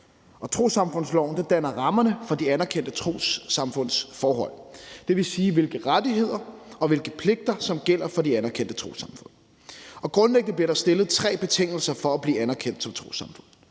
Trossamfundsloven danner rammerne for de anerkendte trossamfunds forhold, dvs. hvilke rettigheder og hvilke pligter der gælder for de anerkendte trossamfund. Grundlæggende bliver der stillet tre betingelser for at blive anerkendt som trossamfund.